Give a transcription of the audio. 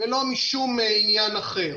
ולא משום עניין אחר.